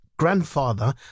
grandfather